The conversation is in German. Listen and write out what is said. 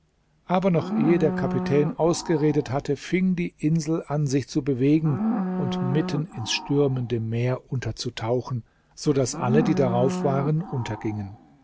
aber noch ehe der kapitän ausgeredet hatte fing die insel an sich zu bewegen und mitten ins stürmende meer unterzutauchen so daß alle die darauf waren untergingen